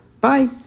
Bye